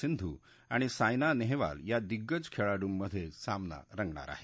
सिंधू आणि सायना नेहवाल या दिग्गज खेळाडूंमध्ये सामना रंगणार आहे